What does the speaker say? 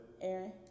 Aaron